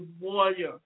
warrior